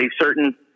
certain